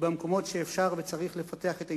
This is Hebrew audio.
במקומות שאפשר וצריך לפתח את ההתיישבות,